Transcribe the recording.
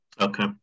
Okay